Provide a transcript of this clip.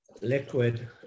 liquid